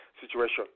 situation